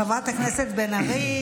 חברת הכנסת בן ארי,